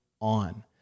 on